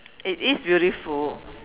it is beautiful